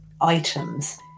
items